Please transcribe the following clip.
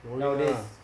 boring ah